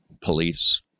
police